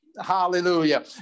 Hallelujah